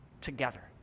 together